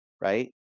right